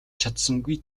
чадсангүй